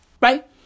right